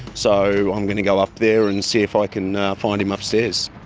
so i'm going to go up there and see if i can find him upstairs.